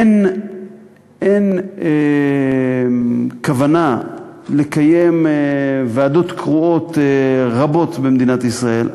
אין כוונה לקיים ועדות קרואות רבות במדינת ישראל,